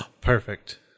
Perfect